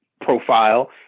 profile